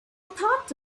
thought